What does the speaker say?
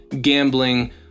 gambling